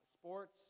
sports